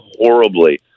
horribly